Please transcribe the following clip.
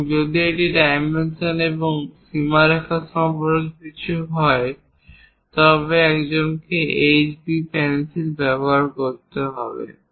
এবং যদি এটি ডাইমেনশন এবং সীমারেখা সম্পর্কে কিছু হয় তবে একজনকে HB পেন্সিল ব্যবহার করতে হবে